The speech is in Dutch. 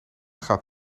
gaat